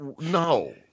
no